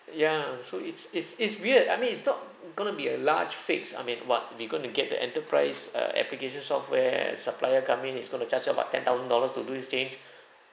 ya so it's it's it's weird I mean it's not going to be a large fix I mean what we going to get the enterprise uh application software supplier company is going to charge you about ten thousand dollars to do this change